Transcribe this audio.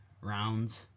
rounds